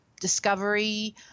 discovery